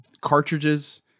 Cartridges